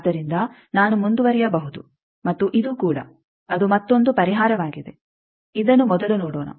ಆದ್ದರಿಂದ ನಾನು ಮುಂದುವರಿಯಬಹುದು ಮತ್ತು ಇದು ಕೂಡ ಅದು ಮತ್ತೊಂದು ಪರಿಹಾರವಾಗಿದೆ ಇದನ್ನು ಮೊದಲು ನೋಡೋಣ